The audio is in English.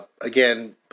again